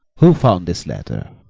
who found this letter?